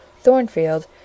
Thornfield